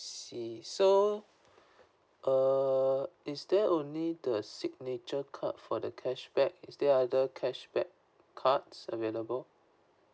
so err is there only the signature card for the cashback is there other cashback cards available